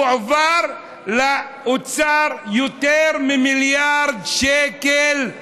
הועברו לאוצר יותר ממיליארד שקל;